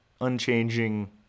unchanging